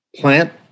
plant